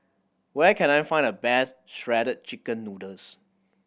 where can I find the best Shredded Chicken Noodles